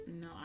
No